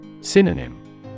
Synonym